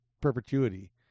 perpetuity